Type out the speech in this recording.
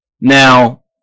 Now